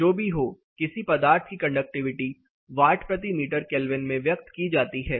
जो भी हो किसी पदार्थ की कंडक्टिविटी वाट प्रति मीटर केल्विन में व्यक्त की जाती है